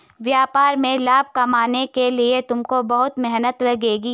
व्यापार में लाभ कमाने के लिए तुमको बहुत मेहनत लगेगी